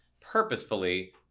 purposefully